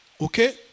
okay